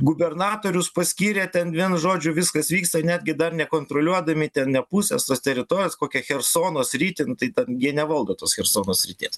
gubernatorius paskyrė ten vien žodžiu viskas vyksta netgi dar nekontroliuodami ten nė pusės tos teritorijos kokia chersono sritį nu ten jie nevaldo tos chersono srities